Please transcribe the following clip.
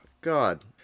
God